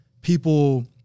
people